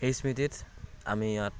সেই স্মৃতিত আমি ইয়াত